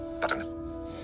Button